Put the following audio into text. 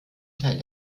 teil